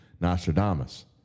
Nostradamus